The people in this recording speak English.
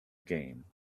game